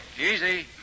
Easy